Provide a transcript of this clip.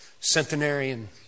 centenarian